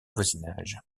voisinage